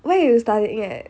where you studying at